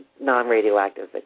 non-radioactive